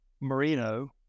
merino